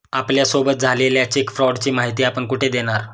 आपल्यासोबत झालेल्या चेक फ्रॉडची माहिती आपण कुठे देणार?